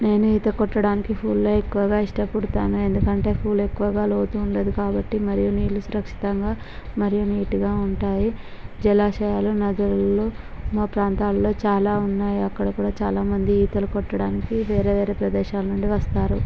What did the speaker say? నేను ఈత కొట్టడానికి పూల్లో ఎక్కువగా ఇష్టపుడతాను ఎందుకంటే పూల్ ఎక్కువగా లోతు ఉండదు కాబట్టి మరియు నీళ్ళు సురక్షితంగా మరియు నీట్గా ఉంటాయి జలాశయాలు నదులు మా ప్రాంతాల్లో చాలా ఉన్నాయి అక్కడ కూడా చాలామంది ఈతలు కొట్టడానికి వేరే వేరే ప్రదేశాల నుండి వస్తారు